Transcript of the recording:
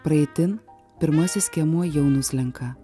praeitin pirmasis skiemuo jau nuslenka